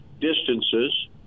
distances